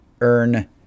earn